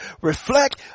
reflect